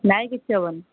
ନାଇଁ କିଛି ହବନି